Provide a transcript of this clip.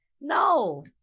No